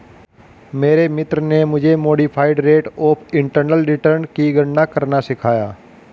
मेरे मित्र ने मुझे modified rate of internal return की गणना करना सिखाया